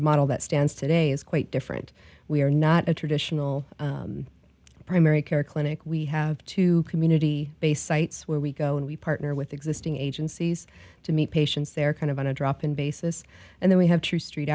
model that stands today is quite different we are not a traditional primary care clinic we have two community based sites where we go and we partner with existing agencies to meet patients there kind of on a drop in basis and then we have to street